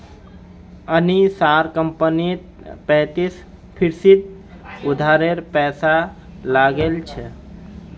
अनीशार कंपनीत पैंतीस फीसद उधारेर पैसा लागिल छ